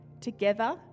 together